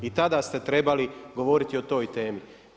I tada ste trebali govoriti o toj temi.